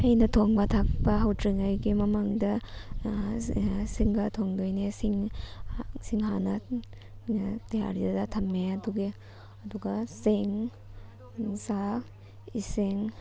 ꯑꯩꯅ ꯊꯣꯡꯕ ꯊꯥꯛꯄ ꯍꯧꯗ꯭ꯔꯤꯉꯩꯒꯤ ꯃꯃꯥꯡꯗ ꯁꯤꯡꯗ ꯊꯣꯡꯗꯣꯏꯅꯦ ꯁꯤꯡ ꯍꯥꯟꯅ ꯇꯌꯥꯔꯤꯗ ꯊꯝꯃꯦ ꯑꯗꯨꯒ ꯆꯦꯡ ꯆꯥꯛ ꯏꯁꯤꯡ